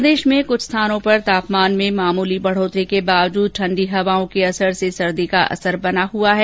प्रदेश में कुछ स्थानों पर तापमान में मामूली बढ़ोतरी के बावजूद ठंडी हवाओं के कारण सर्दी का असर बना हुआ है